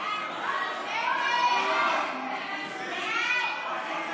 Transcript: ההצעה להעביר את הצעת חוק רישוי עסקים (תיקון,